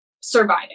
surviving